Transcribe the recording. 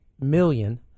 million